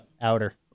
Outer